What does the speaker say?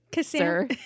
sir